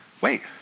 wait